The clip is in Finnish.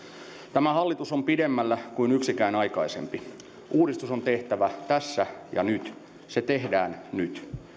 tämä hallitus on pidemmällä kuin yksikään aikaisempi uudistus on tehtävä tässä ja nyt se tehdään nyt